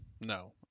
No